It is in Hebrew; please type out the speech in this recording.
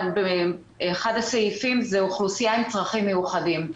אחד הסעיפים נוגע לאוכלוסייה עם צרכים מיוחדים.